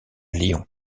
lyon